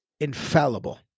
infallible